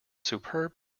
superb